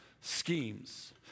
schemes